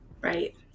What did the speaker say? Right